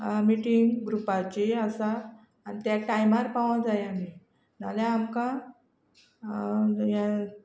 meeting ग्रुपाची आसा आनी त्या टायमार पावो जाय आमी नाल्या आमकां हें